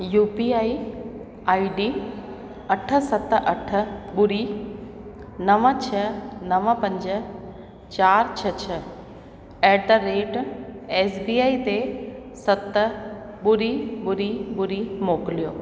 U P I I D अठ सत अठ ॿुड़ी नवं छह नवं पंज चार छ्ह छ्ह at the rate S B I ते सत ॿुड़ी ॿुड़ी ॿुड़ी मोकिलियो